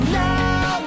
now